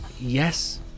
yes